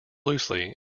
loosely